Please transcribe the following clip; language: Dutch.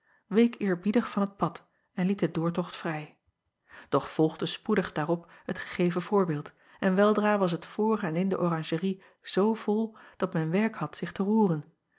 week eerbiedig van het pad en liet den doortocht vrij doch volgde spoedig daarop het gegeven voorbeeld en weldra was het voor en in de oranjerie zoo vol dat men werk had zich te roeren